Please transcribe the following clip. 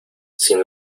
sin